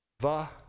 va